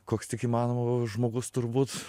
koks tik įmanoma žmogus turbūt